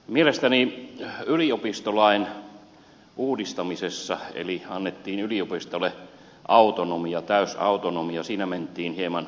mielestäni yliopistolain uudistamisessa eli annettiin yliopistoille autonomia täysautonomia mentiin hieman vikaan